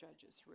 Judges